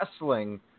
wrestling